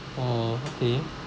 oh okay